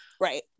Right